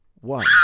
One